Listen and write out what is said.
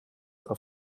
auf